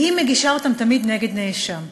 והיא מגישה אותם תמיד נגד נאשם.